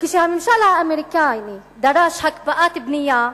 וכשהממשל האמריקני דרש הקפאת בנייה,